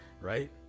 right